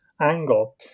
angle